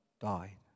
died